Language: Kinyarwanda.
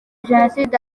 jenoside